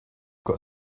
got